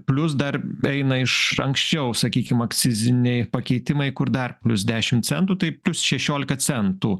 plius dar eina iš anksčiau sakykim akciziniai pakeitimai kur dar plius dešim centų tai plius šešiolika centų